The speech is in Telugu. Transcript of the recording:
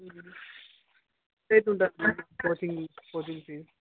ఫిక్స్ అయితే ఉంటుంది మ్యామ్ కోచింగ్ కోచింగ్ ఫీజ్